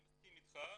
אני מסכים איתך,